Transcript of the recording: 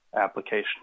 application